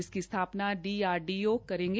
इसकी स्थापना डीआरडीओ करेगा